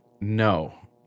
no